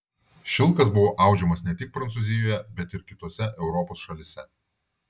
šilkas buvo audžiamas ne tik prancūzijoje bet ir kitose europos šalyse